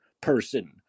person